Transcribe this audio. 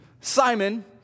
Simon